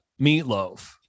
meatloaf